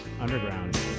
Underground